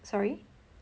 sorry